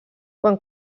quan